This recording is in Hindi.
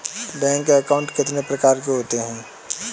बैंक अकाउंट कितने प्रकार के होते हैं?